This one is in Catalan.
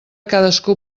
cadascú